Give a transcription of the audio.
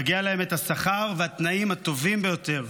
מגיעים להם השכר והתנאים הטובים ביותר